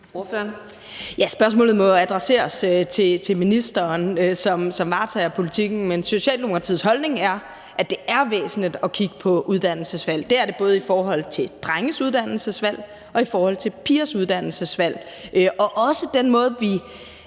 Spørgsmålet må adresseres til ministeren, som varetager politikken. Men Socialdemokratiets holdning er, at det er væsentligt at kigge på uddannelsesvalg. Det er det både i forhold til drenges uddannelsesvalg og i forhold til pigers uddannelsesvalg og også i